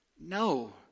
No